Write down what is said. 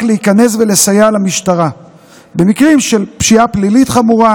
להיכנס ולסייע למשטרה במקרים של פשיעה פלילית חמורה,